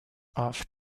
off